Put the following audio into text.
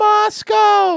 Moscow